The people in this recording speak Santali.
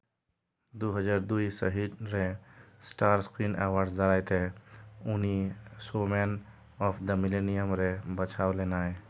ᱫᱩ ᱦᱟᱡᱟᱨ ᱫᱩᱭ ᱥᱟᱹᱦᱤᱛ ᱨᱮ ᱥᱴᱟᱨ ᱥᱠᱨᱤᱱ ᱮᱣᱟᱨᱰ ᱫᱟᱨᱟᱭᱛᱮ ᱩᱱᱤ ᱥᱳᱢᱮᱱ ᱚᱯᱷ ᱫᱟ ᱢᱤᱞᱮᱱᱤᱭᱟᱢ ᱨᱮ ᱵᱟᱪᱷᱟᱣ ᱞᱮᱱᱟᱭ